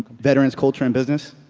veterans culture in business?